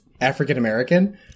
african-american